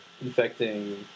infecting